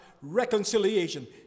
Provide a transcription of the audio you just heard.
reconciliation